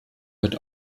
wird